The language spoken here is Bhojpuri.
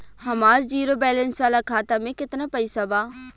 हमार जीरो बैलेंस वाला खाता में केतना पईसा बा?